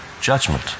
judgment